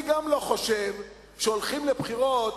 גם אני לא חושב שהולכים לבחירות